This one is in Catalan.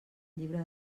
llibre